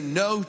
no